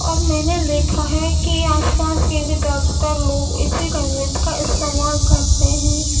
اور میں نے دیکھا ہے کہ یہ آس پاس کے بھی زیادہ تر لوگ اسی لینگویج کا استعمال کرتے ہیں